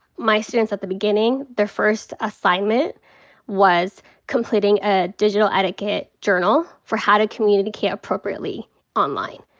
my students at the beginning, their first assignment was completing a digital etiquette journal for how to communicate appropriately online.